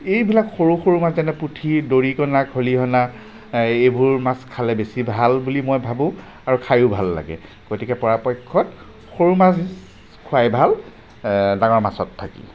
এইবিলাক সৰু সৰু মাছ যেনে পুঠি দৰিকণা খলিহনা এইবোৰ মাছ খালে বেছি ভাল বুলি মই ভাবোঁ আৰু খাইয়ো ভাল লাগে গতিকে পাৰাপক্ষত সৰু মাছ খোৱাই ভাল ডাঙৰ মাছত থাকি